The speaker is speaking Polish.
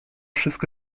wszystko